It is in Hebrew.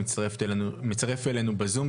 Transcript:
שמצטרף אלינו בזום,